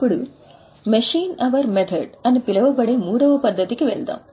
ఇప్పుడు machine hour method అని పిలువబడే మూడవ పద్ధతికి వెళ్దాం